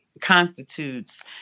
constitutes